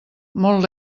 molt